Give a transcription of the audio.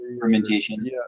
fermentation